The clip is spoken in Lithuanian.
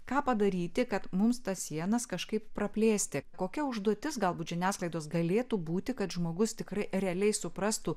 ką padaryti kad mums tas sienas kažkaip praplėsti kokia užduotis galbūt žiniasklaidos galėtų būti kad žmogus tikrai realiai suprastų